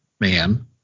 man